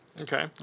Okay